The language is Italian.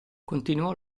continuò